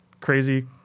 crazy